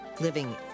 Living